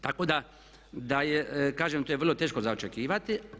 Tako da kažem to je vrlo teško za očekivati.